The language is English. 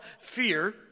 fear